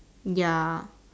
ya